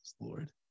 lord